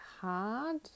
hard